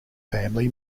family